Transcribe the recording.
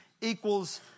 equals